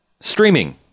Streaming